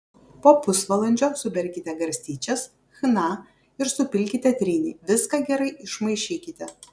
po pusvalandžio suberkite garstyčias chna ir supilkite trynį viską gerai išmaišykite